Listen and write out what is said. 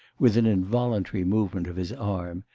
with an involuntary movement of his arm,